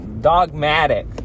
dogmatic